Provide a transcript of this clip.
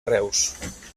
reus